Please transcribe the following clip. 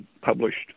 Published